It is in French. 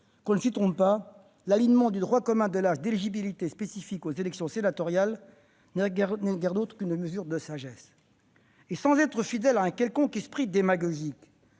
l'on ne s'y trompe pas, l'alignement sur le droit commun de l'âge d'éligibilité spécifique aux élections sénatoriales n'est guère autre chose qu'une mesure de sagesse. Sans être fidèle à un quelconque esprit démagogique,